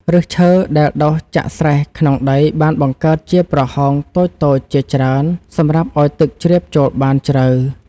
ឫសឈើដែលដុះចាក់ស្រែះក្នុងដីបានបង្កើតជាប្រហោងតូចៗជាច្រើនសម្រាប់ឱ្យទឹកជ្រាបចូលបានជ្រៅ។ឫសឈើដែលដុះចាក់ស្រែះក្នុងដីបានបង្កើតជាប្រហោងតូចៗជាច្រើនសម្រាប់ឱ្យទឹកជ្រាបចូលបានជ្រៅ។